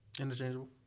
Interchangeable